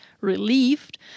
relieved